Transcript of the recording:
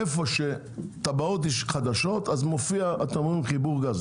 איפה שיש תב"עות חדשות אתם אומרים שמופיע חיבור גז,